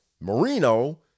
marino